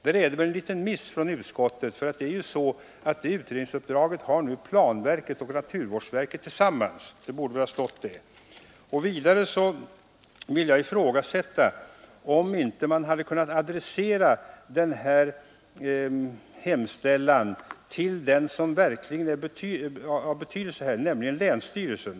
Där är det väl en liten miss från utskottet. Det utredningsuppdraget har nu planverket och naturvårdsverket tillsammans. Det borde ha stått. Vidare vill jag ifrågasätta om utskottet inte kunde ha adresserat motionen till den instans som verkligen är av betydelse här, nämligen länsstyrelsen.